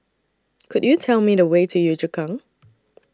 Could YOU Tell Me The Way to Yio Chu Kang